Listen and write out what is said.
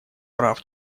прав